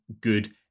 good